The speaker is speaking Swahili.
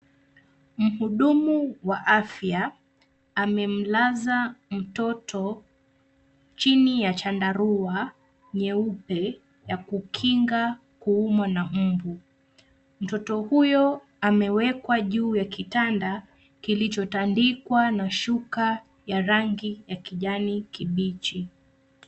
Mhudumu wa afya amemlaza mtoto chini ya chandarua nyeupe ya kukinga kuumwa na mbu. Mtoto huyo amewekwa juu ya kitanda kilichotandikwa na shuka ya rangi ya kijani kibichi.